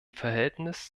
verhältnis